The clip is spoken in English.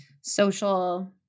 social